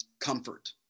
comfort